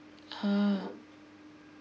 ah